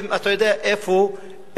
אם אתה יודע איפה אבו-כף,